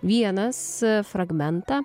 vienas fragmentą